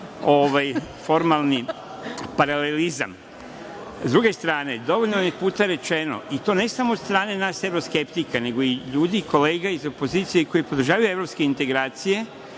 znam da nije.S druge strane, dovoljno je puta rečeno, i to ne samo od strane nas evroskeptika, nego i ljudi i kolega iz opozicije koji podržavaju evropske integracije,